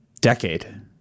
decade